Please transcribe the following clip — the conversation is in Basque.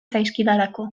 zaizkidalako